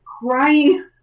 crying